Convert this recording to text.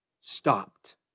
stopped